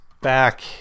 back